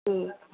ठीक